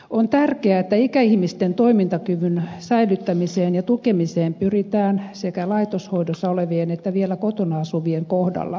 on tärkeää että ikäihmisten toimintakyvyn säilyttämiseen ja tukemiseen pyritään sekä laitoshoidossa olevien että vielä kotona asuvien kohdalla